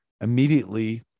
immediately